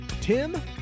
Tim